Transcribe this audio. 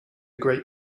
great